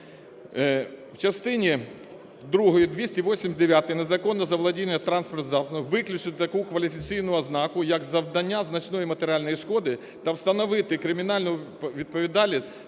В частині другій 289-ї "Незаконне заволодіння транспортним засобом" виключити таку кваліфікаційну ознаку як "завдання значної матеріальної шкоди" та встановити кримінальну відповідальність